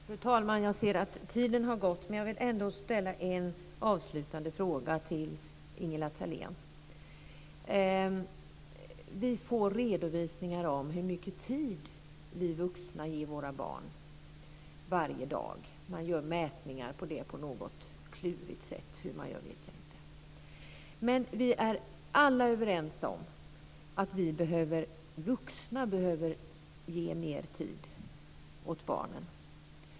Fru talman! Jag ser att tiden har gått, men jag vill ändå ställa en avslutande fråga till Ingela Thalén. Vi får redovisningar av hur mycket tid vi vuxna ger våra barn varje dag. Man gör mätningar av det på något klurigt sätt. Hur man gör vet jag inte. Vi är alla överens om att vi vuxna behöver ge mer tid åt barnen.